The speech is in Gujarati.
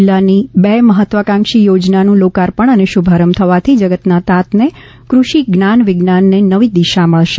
જિલ્લાની બે મહત્વાકાંક્ષી યોજનાનું લોકાપર્ણ અને શુભારંભ થવાથી જગતના તાતને કૃષિ જ્ઞાન વિજ્ઞાનને નવી દિશા મળશે